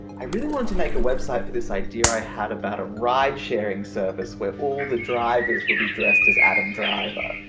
i really want to make a website for this idea i had about a ride sharing service where all the drivers would be dressed as adam driver.